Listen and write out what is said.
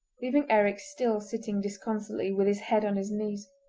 leaving eric still sitting disconsolately with his head on his knees.